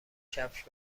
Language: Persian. کفش